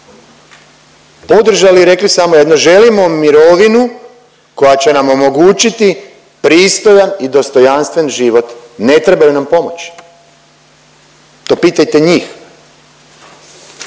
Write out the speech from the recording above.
podržali i rekli samo jedno, želimo mirovinu koja će nam omogućiti pristojan i dostojanstven život, ne trebaju nam pomoći. To pitajte njih.